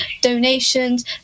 donations